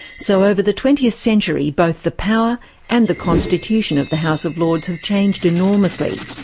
so over the twentieth century both the power and the constitution of the house of lords have changed enormously.